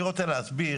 אני רוצה להסביר,